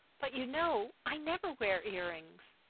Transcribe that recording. but, you know, i never wear earrings.